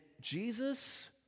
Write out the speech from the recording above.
Jesus